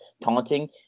taunting